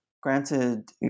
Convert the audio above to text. granted